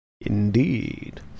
Indeed